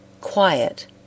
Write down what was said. QUIET